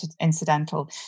incidental